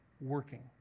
working